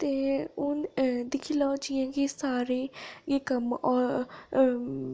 ते हुन अ दिक्खी लैओ जि'यां कि सारे एह् कम्म अ अ